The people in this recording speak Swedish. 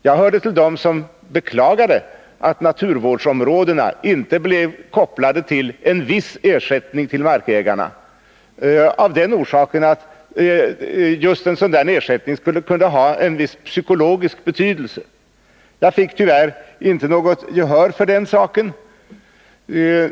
Jag hörde till dem som beklagade att det till naturvårdsområdena inte kopplades en viss ersättning till markägarna, av den orsaken att en sådan ersättning skulle kunna ha en viss psykologisk betydelse. Jag fick tyvärr inte gehör för detta.